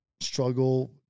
struggle